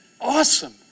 awesome